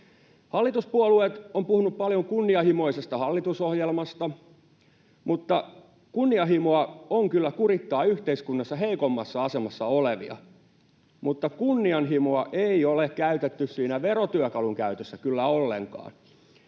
Hallituspuolueet ovat puhuneet paljon kunnianhimoisesta hallitusohjelmasta. Kunnianhimoa on kyllä kurittaa yhteiskunnassa heikoimmassa asemassa olevia, mutta kunnianhimoa ei ole käytetty siinä verotyökalun käytössä kyllä ollenkaan,